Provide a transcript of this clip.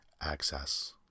Access